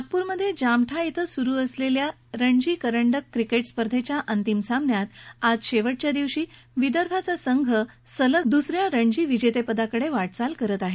नागपूरमध्ये जामठा इथं सुरू असलेल्या रणजी करंडक क्रिकेट स्पर्धेच्या अंतिम सामन्यात आज शेवटच्या दिवशी विदर्भाचा संघ सलग दुसऱ्या रणजी विजेतेपदाकडे वाटचाल करत आहे